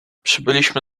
przybyliśmy